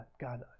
God